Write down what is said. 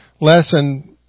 lesson